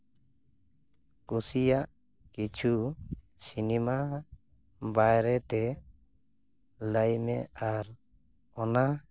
ᱠᱩᱥᱤᱭᱟᱜ ᱠᱤᱪᱷᱩ ᱥᱤᱱᱤᱢᱟ ᱵᱟᱨᱮᱛᱮ ᱞᱟᱹᱭ ᱢᱮ ᱟᱨ ᱚᱱᱟ